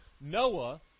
Noah